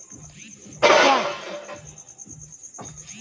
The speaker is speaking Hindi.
क्या मैं पीली मिट्टी में चना कर सकता हूँ?